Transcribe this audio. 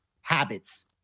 Habits